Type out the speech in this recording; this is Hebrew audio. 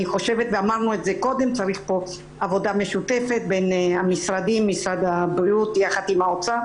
צריך פה עבודה משותפת של משרד הבריאות והאוצר